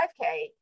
5k